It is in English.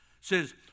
says